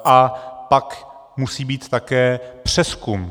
A pak musí být také přezkum.